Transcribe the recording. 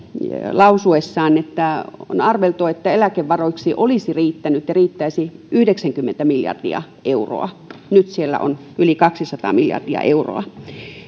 lausuessaan että on arveltu että eläkevaroiksi olisi riittänyt ja riittäisi yhdeksänkymmentä miljardia euroa nyt siellä on yli kaksisataa miljardia euroa